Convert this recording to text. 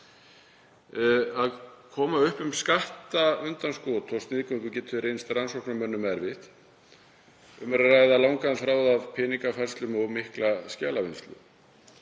Að koma upp um skattundanskot og sniðgöngu getur reynst rannsóknarmönnum erfitt. Um er að ræða langan þráð af peningafærslum og mikla skjalavinnslu